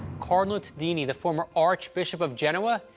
cardinal tadini, the former archbishop of genoa,